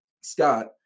Scott